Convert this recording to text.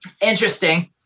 interesting